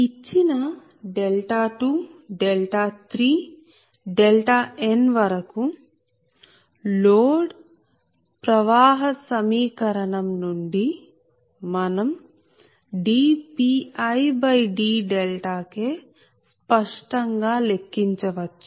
ఇచ్చిన 2 3n కు load ప్రవాహ సమీకరణం నుండి మనం dPidK స్పష్టంగా లెక్కించవచ్చు